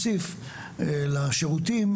איפה השוויון?